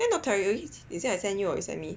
did I not tell you is it I send you or you send me